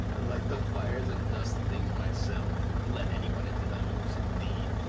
light the fires and dust the things myself. let anyone into the house, indeed!